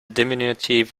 diminutive